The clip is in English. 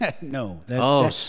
No